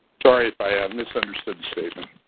sorry if i ah misunderstood the statement.